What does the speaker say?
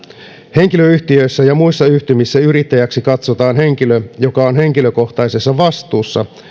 henkilöyhtiöissä ja muissa yhtymissä yrittäjäksi katsotaan henkilö joka on henkilökohtaisessa vastuussa